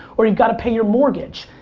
or you got to pay your mortgage.